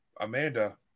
Amanda